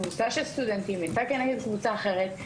קבוצה של סטודנטים יוצאת כנגד קבוצה אחרת.